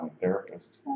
therapist